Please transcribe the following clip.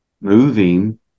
moving